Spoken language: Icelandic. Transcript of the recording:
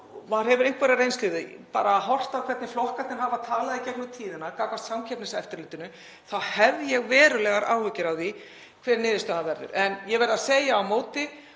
maður hefur einhverja reynslu af því og hafandi heyrt hvernig flokkarnir hafa talað í gegnum tíðina gagnvart Samkeppniseftirlitinu, þá hef ég verulegar áhyggjur af því hver niðurstaðan verður. En ég verð að segja á móti